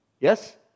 Yes